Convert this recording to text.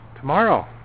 Tomorrow